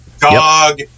dog